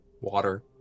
water